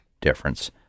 difference